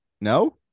No